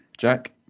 Jack